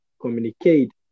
communicate